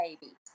babies